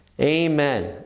Amen